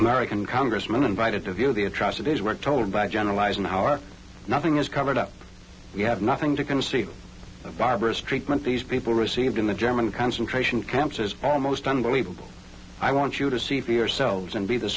american congressmen invited to view the atrocities were told by general eisenhower nothing is covered up you have nothing to conceal the barbarous treatment these people received in the german concentration camps is almost unbelievable i want you to see for yourselves and be the